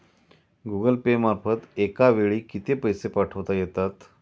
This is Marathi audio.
गूगल पे मार्फत एका वेळी किती पैसे पाठवता येतात?